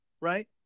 right